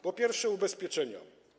Po pierwsze, ubezpieczenia.